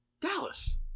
Dallas